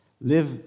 Live